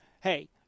hey